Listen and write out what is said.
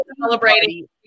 celebrating